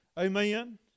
Amen